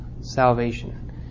Salvation